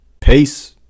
Peace